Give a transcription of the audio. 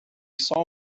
saw